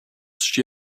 she